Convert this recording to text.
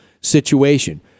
situation